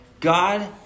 God